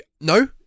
No